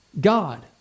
God